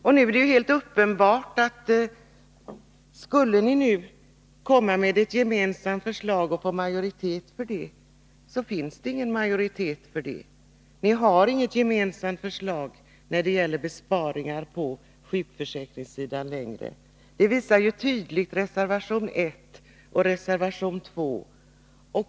Det är helt uppenbart att ni inte kan få majoritet för ett förslag nu, för ni har inte längre något gemensamt förslag när det gäller besparingar på sjukförsäkringsområdet. Det visar ju tydligt reservation 1 och reservation 2.